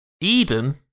Eden